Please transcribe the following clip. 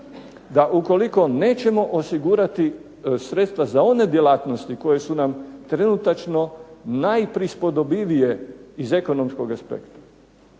da ukoliko nećemo osigurati sredstva za one djelatnosti koja su nam trenutačno najprispodbivije iz ekonomskog aspekta,